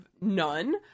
none